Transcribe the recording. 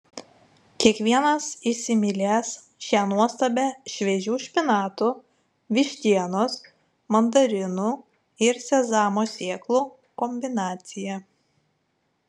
kiekvienas įsimylės šią nuostabią šviežių špinatų vištienos mandarinų ir sezamo sėklų kombinaciją